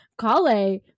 Kale